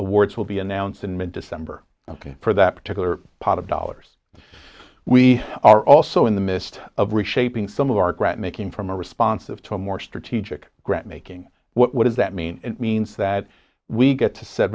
awards will be announced in mid december for that particular part of dollars we are also in the midst of reshaping some of our credit making from a responsive to a more strategic grant making what does that mean it means that we get to s